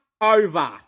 over